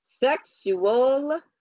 Sexual